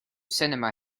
sinema